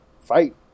fight